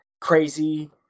crazy